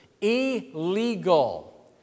illegal